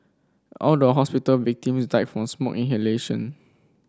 all the hospital victims died from smoke inhalation